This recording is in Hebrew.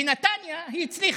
בנתניה היא הצליחה,